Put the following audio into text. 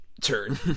turn